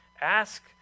Ask